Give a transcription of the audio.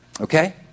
Okay